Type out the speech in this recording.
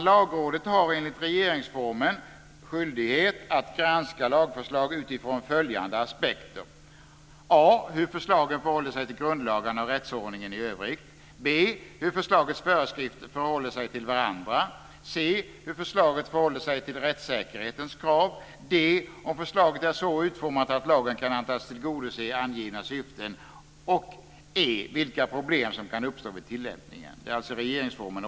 Lagrådet har enligt regeringsformen skyldighet att granska lagförslag utifrån a) hur förslaget förhåller sig till grundlagarna och rättsordningen i övrigt, b) hur förslagets föreskrifter förhåller sig till varandra, c) hur förslaget förhåller sig till rättssäkerhetens krav, d) om förslaget är så utformat att lagen kan antas tillgodose angivna syften och e) vilka problem som kan uppstå vid tillämpningen. Fru talman!